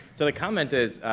so the comment is,